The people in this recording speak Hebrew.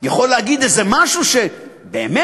יכול להגיד איזה משהו שבאמת.